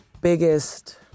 biggest